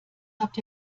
habt